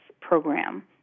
program